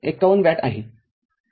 ५१ watt आहे